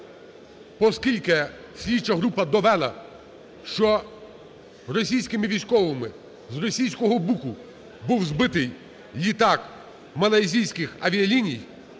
оскільки слідча група довела, що російськими військовими з російського "Буку" був збитий літак Малайзійських авіаліній.